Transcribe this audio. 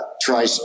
try